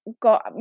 got